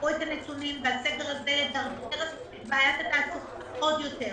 זה ידרדר את בעיית התעסוקה עוד יותר.